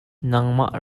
nangmah